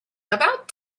about